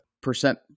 percent